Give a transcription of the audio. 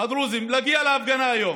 הדרוזים להגיע להפגנה היום,